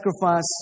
sacrifice